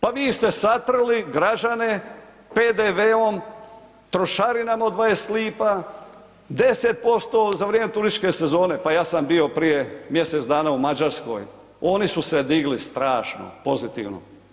Pa vi ste satrli građane PDV-om, trošarinama od 20 lipa, 10% za vrijeme turističke sezone, pa ja sam bio prije mjesec dana u Mađarskoj, oni su se digli strašno pozitivno.